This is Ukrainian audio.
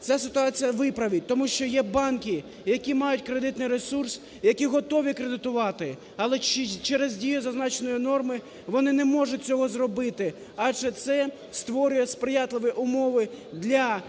ця ситуація виправить. Тому що є банки, які мають кредитний ресурс, які готові кредитувати, але через дію зазначеної норми вони не можуть цього зробити. Адже це створює сприятливі умови для